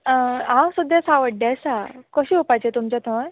हांव सद्या सावड्ड्या आसा कशें येवपाचें तुमच्या थंय